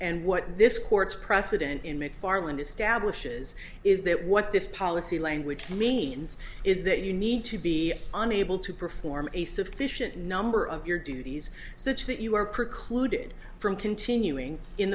and what this court's precedent in mcfarland establishes is that what this policy language means is that you need to be unable to perform a sufficient number of your duties such that you are precluded from continuing in